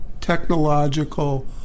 technological